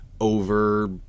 over